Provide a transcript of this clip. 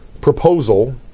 proposal